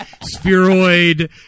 spheroid